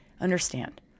understand